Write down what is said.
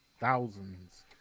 Thousands